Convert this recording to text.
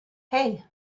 hey